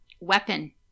Weapon